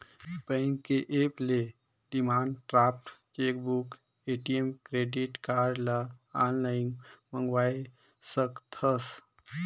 bank के app ले demand draft, chequebook, ATM, credit card ल आनलाइन मंगवाये सकथस